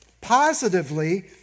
Positively